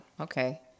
Okay